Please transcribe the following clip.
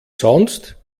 sonst